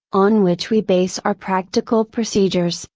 on which we base our practical procedures,